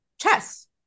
chess